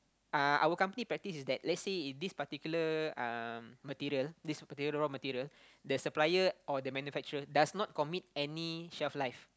uh our company practice is that let's say if this particular um material this particular raw material the supplier or the manufacturer does not commit any shelf life